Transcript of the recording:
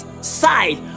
side